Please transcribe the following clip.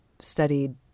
studied